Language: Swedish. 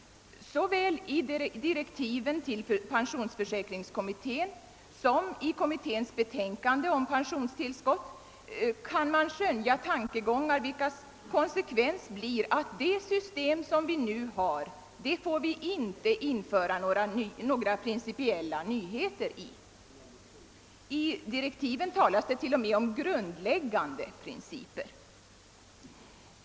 Såväl i direktiven till pensionsförsäkringskommittén som i kommitténs betänkande om pensionstillskott kan man skönja tankegångar vilkas konsekvens blir att i nuvarande system inte får införas några principiella nyheter. I direktiven talas till och med om grundläggande principer.